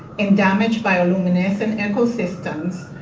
and damages bioluminescent ecosystems